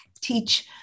teach